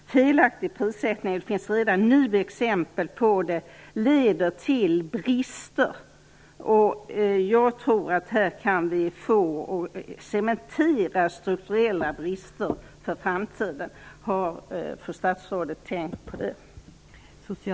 Felaktig prissättning leder - det finns redan nu exempel på detta - till brister, och jag tror att vi här kan få en cementering av strukturella brister för framtiden. Har fru statsrådet tänkt på detta?